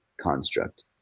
construct